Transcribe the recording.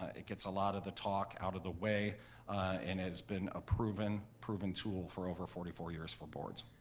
it gets a lot of the talk out of the way and it's been a proven proving tool for over forty four years for boards.